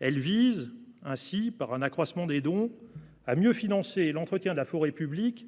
Elle vise ainsi, par un accroissement des dons, à mieux financer l'entretien de la forêt publique,